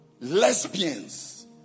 Lesbians